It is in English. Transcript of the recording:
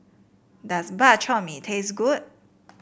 does Bak Chor Mee taste good